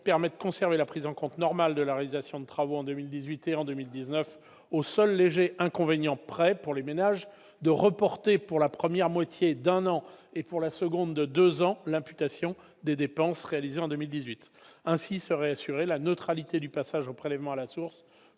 permet de conserver la prise en compte normale de la réalisation de travaux en 2018 et en 2019, au seul léger inconvénient près, pour les ménages, de reporter pour la première moitié d'un an et pour la seconde de deux ans l'imputation des dépenses réalisées en 2018. La neutralité du passage au prélèvement à la source